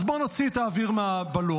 אז בואו נוציא את האוויר מהבלון.